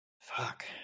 Fuck